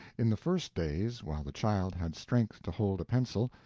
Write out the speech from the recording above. in the first days, while the child had strength to hold a pencil,